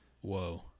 Whoa